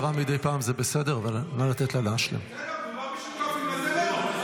אלה שותפים לטרור.